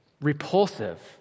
repulsive